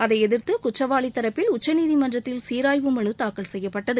அதை எதிர்த்து குற்றவாளி தரப்பில் உச்சநீதிமன்றத்தில் சீராய்வு மனு தாக்கல் செய்யப்பட்டது